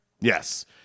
Yes